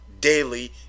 daily